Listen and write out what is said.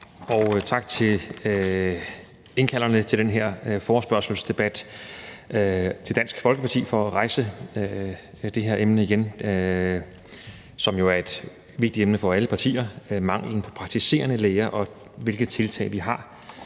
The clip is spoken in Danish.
og tak til indkalderne til den her forespørgselsdebat – til Dansk Folkeparti – for at rejse det her emne igen, som jo er et vigtigt emne for alle partier: Mangel på praktiserende læger og hvilke tiltag vi har,